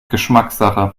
geschmackssache